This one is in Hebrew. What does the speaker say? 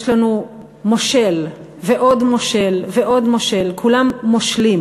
יש לנו מושל, ועוד מושל, ועוד מושל, כולם מושלים,